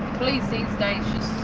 police these days,